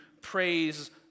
praise